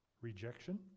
rejection